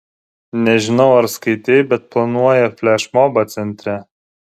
nežinau ar skaitei bet planuoja flešmobą centre